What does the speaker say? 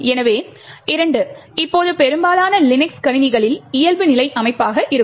எனவே 2 இப்போது பெரும்பாலான லினக்ஸ் கணினிகளில் இயல்புநிலை அமைப்பாக இருக்கும்